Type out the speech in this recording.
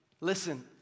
Listen